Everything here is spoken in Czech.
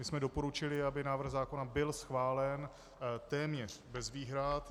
My jsme doporučili, aby návrh zákona byl schválen téměř bez výhrad.